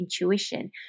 intuition